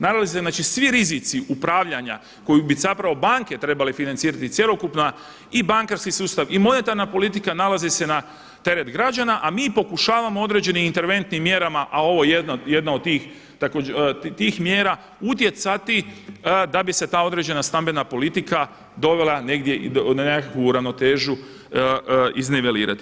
Nalazi se, znači svi rizici upravljanja koju bi zapravo banke trebale financirati, cjelokupna i bankarski sustav i monetarna politika nalazi se na teret građana, a mi pokušavamo određenim interventnim mjerama a ovo je jedna od tih mjera utjecati da bi se ta određena stambena politika dovela na nekakvu ravnotežu iznivelirati.